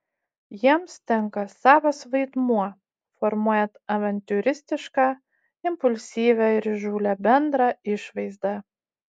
jiems tenka savas vaidmuo formuojant avantiūristišką impulsyvią ir įžūlią bendrą išvaizdą